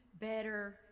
better